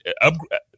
upgrade